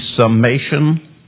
summation